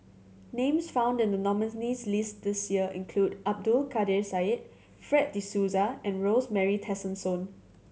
names found in the nominees' list this year include Abdul Kadir Syed Fred De Souza and Rosemary Tessensohn